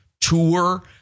tour